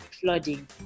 flooding